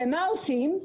ומה עושים?